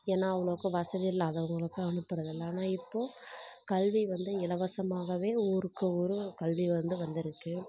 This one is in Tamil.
ஏன்னால் அவ்வளோக்கு வசதி இல்லாதவர்களுக்கு அனுப்புகிறதில்ல ஆனால் இப்போது கல்வி வந்து இலவசமாகவே ஊருக்கு ஊர் கல்வி வந்து வந்திருக்கு